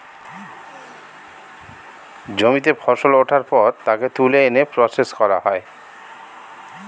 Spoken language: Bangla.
জমিতে ফসল ওঠার পর তাকে তুলে এনে প্রসেস করা হয়